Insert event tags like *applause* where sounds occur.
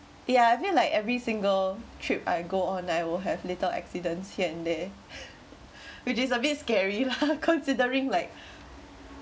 ya I feel like every single trip I go on I will have little accidents here and there *breath* which is a bit scary lah *laughs* considering like